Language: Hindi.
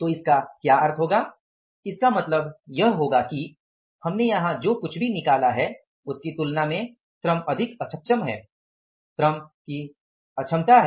तो इसका क्या अर्थ होगा इसका मतलब यह होगा कि हमने यहां जो कुछ भी निकाला है उसकी तुलना में श्रम अधिक अक्षम है